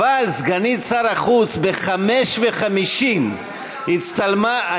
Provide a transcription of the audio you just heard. אבל סגנית שר החוץ ב-05:50 הצטלמה.